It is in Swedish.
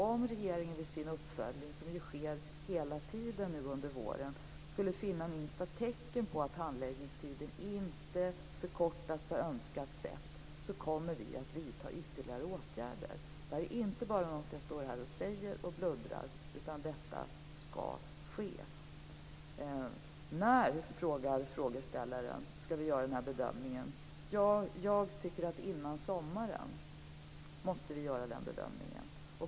Om regeringen vid sin uppföljning, som ju sker hela tiden nu under våren, skulle finna minsta tecken på att handläggningstiden inte förkortas på önskat sätt, kommer vi att vidta ytterligare åtgärder. Detta är inte bara något som jag står här och säger. Detta skall ske. Frågeställaren frågar när vi skall göra den här bedömningen. Jag tycker att vi måste göra den bedömningen innan sommaren.